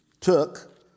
took